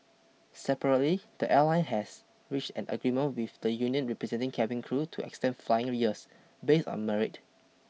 separately the airline has reached an agreement with the union representing cabin crew to extend flying years based on merit